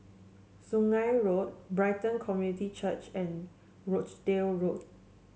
Sungei Road Brighton Community Church and Rochdale Road